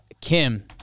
Kim